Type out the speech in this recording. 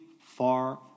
far